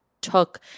took